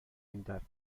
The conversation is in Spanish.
interino